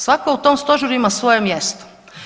Svatko u tom Stožeru ima svoje mjesto.